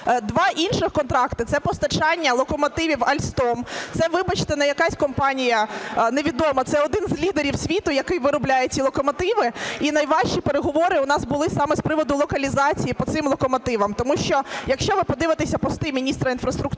Два інших контракти – це постачання локомотивів Alstom. Це, вибачте, не якась компанія невідома, це один із лідерів світу, який виробляє ці локомотиви. І найважчі переговори у нас були саме з приводу локалізації по цих локомотивах. Тому що, якщо ви подивитеся пости міністра інфраструктури